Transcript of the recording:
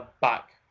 back